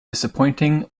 disappointing